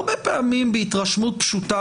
הרבה פעמים בהתרשמות פשוטה,